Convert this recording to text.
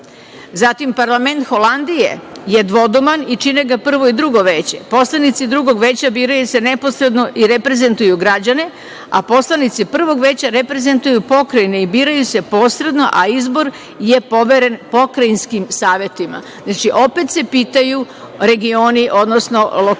Zatim, parlament Holandije je dvodoman i čine ga prvo i drugo veće. Poslanici drugog veća biraju se neposredno i reprezentuju građane, a poslanici prvog veća reprezentuju pokrajine i biraju se posredno, a izbor je poveren pokrajinskim savetima. Znači, opet se pitaju regioni, odnosno lokali